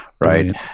right